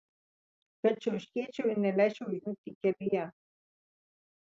kad čiauškėčiau ir neleisčiau užmigti kelyje